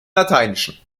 lateinischen